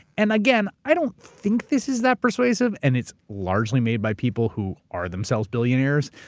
and again, i don't think this is that persuasive, and it's largely made by people who are, themselves, billionaires.